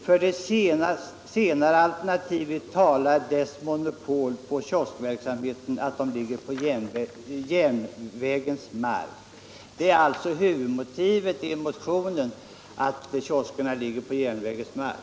För det senare alternativet talar dess monopol på kioskverksamhet på järnvägens mark.” Huvudmotivet i motionen är alltså att kioskerna ligger på järnvägens mark.